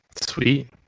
sweet